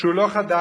שהוא לא חדש,